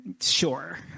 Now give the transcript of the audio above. sure